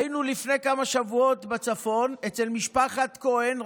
היינו לפני כמה שבועות בצפון אצל משפחת כהן,